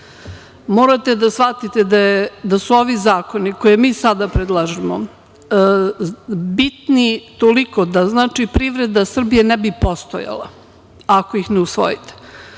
da shvatite da su ovi zakoni koje mi sada predlažemo bitni toliko da privreda Srbije ne bi postojala ako ih ne usvojite.